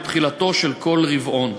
בתחילתו של כל רבעון.